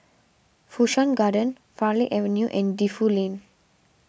Fu Shan Garden Farleigh Avenue and Defu Lane